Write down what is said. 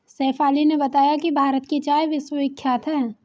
शेफाली ने बताया कि भारत की चाय विश्वविख्यात है